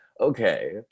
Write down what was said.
okay